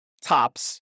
tops